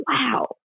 Wow